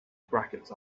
brackets